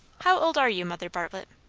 how old are you, mother bartlett?